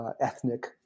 ethnic